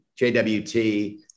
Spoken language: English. JWT